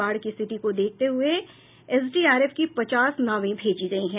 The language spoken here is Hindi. बाढ़ की स्थिति को देखते हुए एसडीआरएफ की पचास नावें भेजी गयी है